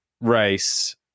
race